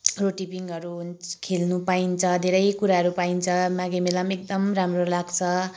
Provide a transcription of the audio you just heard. रोटेपिङहरू हुन्छ खेल्न पाइन्छ धेरै कुराहरू पाइन्छ माघे मेलामा एकदम राम्रो लाग्छ